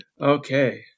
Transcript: Okay